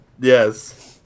Yes